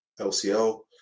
LCL